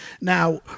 Now